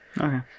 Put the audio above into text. Okay